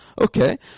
okay